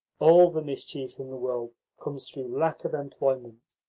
all the mischief in the world comes through lack of employment.